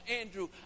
Andrew